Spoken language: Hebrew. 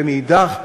ומאידך גיסא,